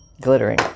Glittering